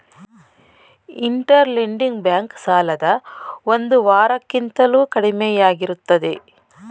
inter lending bank ಸಾಲದ ಒಂದು ವಾರ ಕಿಂತಲೂ ಕಡಿಮೆಯಾಗಿರುತ್ತದೆ